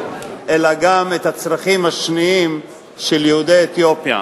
אלא גם את הצרכים השניים של יהודי אתיופיה.